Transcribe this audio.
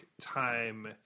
time